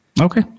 Okay